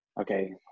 okay